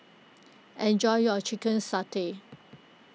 enjoy your Chicken Satay